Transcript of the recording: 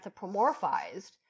anthropomorphized